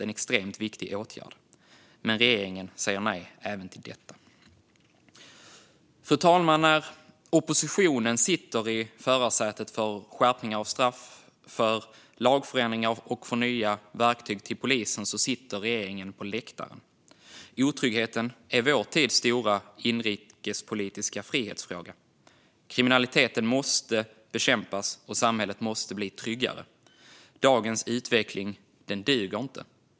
Det är extremt viktigt, men regeringen säger nej även till det. Fru talman! När oppositionen sitter i förarsätet för skärpningar av straff, för lagförändringar och för nya verktyg till polisen sitter regeringen på läktaren. Otryggheten är vår tids stora inrikespolitiska frihetsfråga. Kriminaliteten måste bekämpas, och samhället måste bli tryggare. Dagens utveckling duger inte.